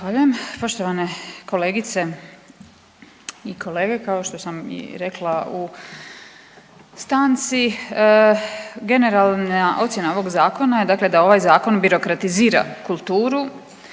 Poštovane kolegice i kolege. Kao što sam i rekla u stanci generalna ocjena ovog zakona dakle da ovaj zakon birokratizira kulturu,